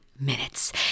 Minutes